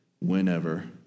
whenever